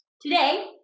Today